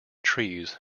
trees